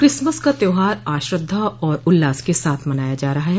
Christmas का त्यौहार आज श्रद्धा और उल्लास के साथ मनाया जा रहा है